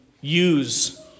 use